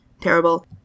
terrible